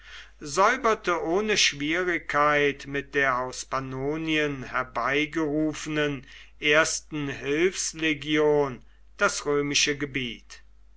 säuberte ohne schwierigkeit mit der aus pannonien herbeigerufenen ersten hilfslegion das römische gebiet